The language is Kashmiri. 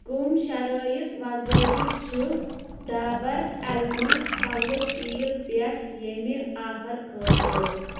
کٔمۍ شرٲیِط وضٲبِت چھِ ڈابر اٮ۪لمنٛڈ کلہٕ تیٖل پٮ۪ٹھ ییٚمہِ آفر خٲطرٕ